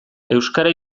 euskara